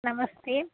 नमस्ते